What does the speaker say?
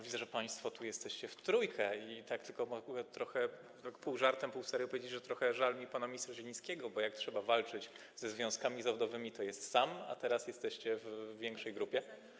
Widzę, że państwo tu jesteście w trójkę i mogę tylko trochę pół żartem, pół serio powiedzieć, że trochę żal mi pana ministra Zielińskiego, bo jak trzeba walczyć ze związkami zawodowymi, to jest sam, a teraz jesteście w większej grupie.